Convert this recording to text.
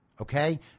Okay